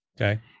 okay